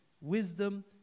Wisdom